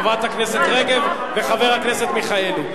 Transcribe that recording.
חברת הכנסת רגב וחבר הכנסת מיכאלי,